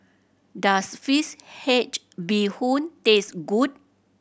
does fish head bee hoon taste good